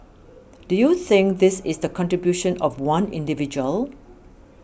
do you think this is the contribution of one individual